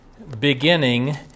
beginning